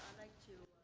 thank you.